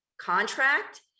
contract